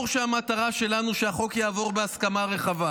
היא שהחוק יעבור בהסכמה רחבה,